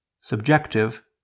subjective